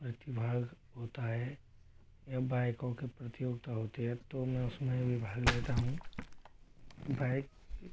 प्रतिभाग होता है या बाइकों के प्रतियोगिता होती है तो मैं उसमें भी भाग लेता हूँ बाइक